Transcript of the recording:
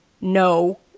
no